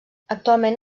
actualment